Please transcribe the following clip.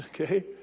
Okay